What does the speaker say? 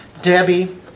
Debbie